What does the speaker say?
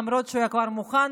למרות שהוא היה כבר מוכן,